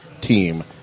team